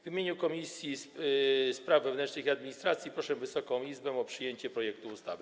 W imieniu Komisji Spraw Wewnętrznych i Administracji proszę Wysoką Izbę o przyjęcie tego projektu ustawy.